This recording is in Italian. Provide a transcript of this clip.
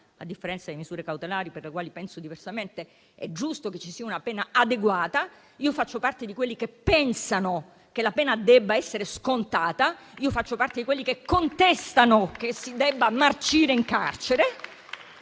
a differenza delle misure cautelari, per le quali la penso diversamente - è giusto che ci sia una pena adeguata. Io faccio parte di quelli che pensano che la pena debba essere scontata. Io faccio parte di quelli che contestano che si debba marcire in carcere,